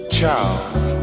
Charles